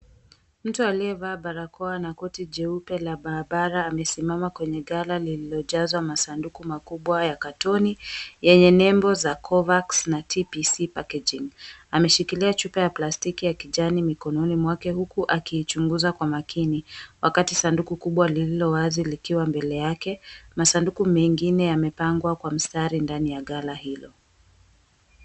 Mtu aliyevaa barakoa na koti jeupe la barabara amesimama kwenye ghala lililojazwa masanduku makubwa ya katoni yenye nembo za Covax na TPC Packaging. Ameshikilia chupa ya plastiki ya kijani mikononi mwake huku akiichunguza kwa makini, wakati sanduku kubwa lililo wazi likiwa mbele yake. Masanduku mengine yamepangwa kwa mstari ndani ya ghala hilo.